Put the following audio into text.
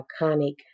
iconic